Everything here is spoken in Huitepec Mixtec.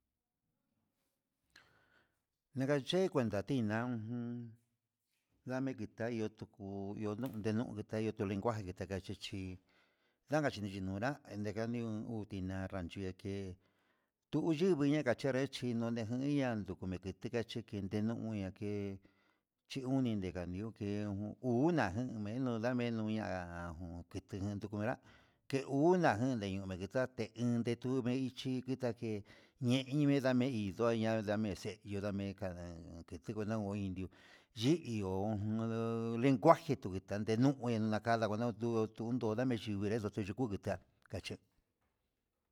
Ndekanche kuekantiná uun ndame'e ketayu tuku iho nuu tunaí kitayo, ke tuu lenguaje kata chichi ndaka chinanré ñaniun kutinra rancho ndake tu'u yivi yo'o nakachenra chinoye'e inyian kutan ndikacheke tiñuu nuu uya'a chinuyi nunka nió, ke uu una menó ondamenya kitu uun kutenrá ke una jen kumetaté enndeyuu me ichi kitake ñee inde kondame ñonrá ñandamexe yundamenka en kenriki no'o indió yi'i hió junda lenguaje kunda tenuu nguena kanda nenu tu'u undo nani chumenreka ndeke chutetia kache'e.